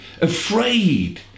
afraid